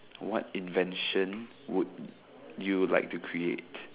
what invention would you like to create